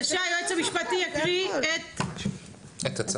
בבקשה, היועץ המשפטי יקריא את הצו.